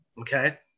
Okay